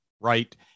right